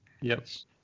Yes